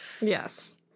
Yes